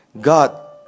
god